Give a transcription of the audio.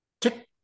Tick